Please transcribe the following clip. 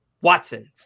Watson